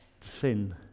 sin